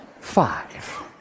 five